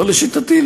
לא לשיטתי,